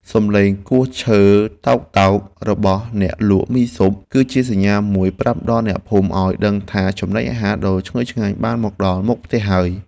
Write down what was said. សំឡេងគោះឈើតោកៗរបស់អ្នកលក់មីស៊ុប គឺជាសញ្ញាមួយប្រាប់ដល់អ្នកភូមិឱ្យដឹងថាចំណីអាហារដ៏ឈ្ងុយឆ្ងាញ់បានមកដល់មុខផ្ទះហើយ។